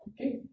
Okay